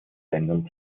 ländern